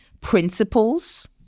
principles